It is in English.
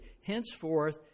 Henceforth